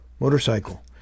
Motorcycle